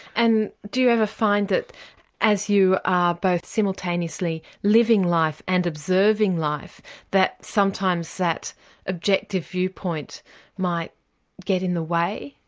and do you ever find that as you are both simultaneously living life and observing life that sometimes that objective viewpoint might get in the way?